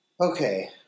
Okay